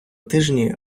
тижні